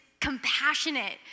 compassionate